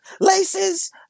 Laces